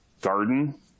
garden